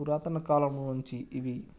పురాతన కాలం నుంచి ఇవి